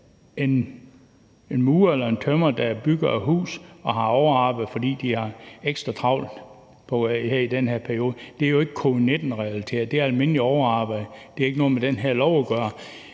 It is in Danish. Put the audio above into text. en murer eller en tømrer, der bygger et hus og har meget arbejde, fordi der er ekstra travlt i den her periode, er ikke covid-19-relateret. Det er almindeligt overarbejde, og det har ikke noget med det her lovforslag at gøre.